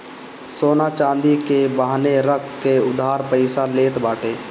सोना चांदी के बान्हे रख के उधार पईसा लेत बाटे